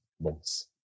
months